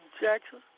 Jackson